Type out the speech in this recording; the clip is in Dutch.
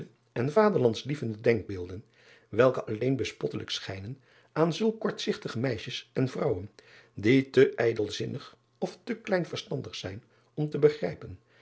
en aderlandlievende denkbeelden welke alleen bespottelijk schijnen aan zulke kortzigtige meisjes en vrouwen die te ijdelzinnig of te kleinverstandig zijn om te begrijpen